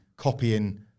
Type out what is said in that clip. copying